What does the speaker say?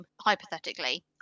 hypothetically